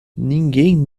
ninguém